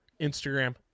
Instagram